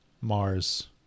Mars